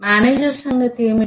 manager సంగతి ఏమిటి